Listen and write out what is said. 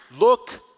look